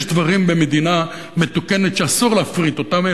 יש דברים שבמדינה מתוקנת אסור להפריט אותם,